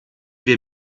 wir